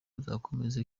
uzakomeza